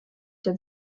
der